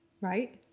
right